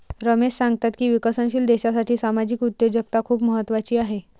रमेश सांगतात की विकसनशील देशासाठी सामाजिक उद्योजकता खूप महत्त्वाची आहे